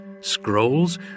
scrolls